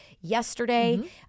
yesterday